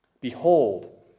behold